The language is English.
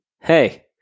hey